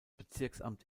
bezirksamt